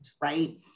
right